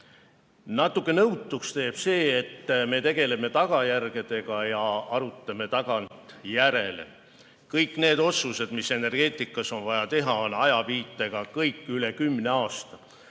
Natuke nõutuks teeb see, et me tegeleme tagajärgedega ja arutame tagantjärele. Kõik need otsused, mis energeetikas on vaja teha, on ajaviitega üle kümne aasta.